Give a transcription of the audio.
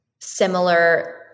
similar